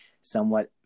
somewhat